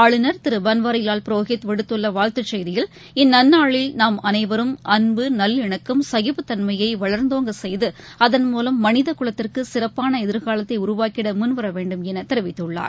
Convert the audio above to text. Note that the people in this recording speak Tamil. ஆளுநர் திருபன்வாரிலால் புரோஹித் விடுத்துள்ளவாழ்த்துசெய்தியில் இந்நன்னாளில் நாம் அளைவரும் அள்பு நல்லிணக்கம் சகிப்புத் தன்மையைளர்ந்தோங்கச் செய்து அதன்மூஸ் மளிதகுலத்திற்குசிறப்பானஎதிர்காலத்தைஉருவாக்கிடமுன்வரவேண்டும் எனதெரிவித்துள்ளார்